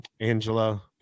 angela